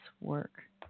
work